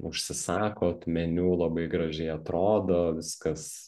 užsisakot meniu labai gražiai atrodo viskas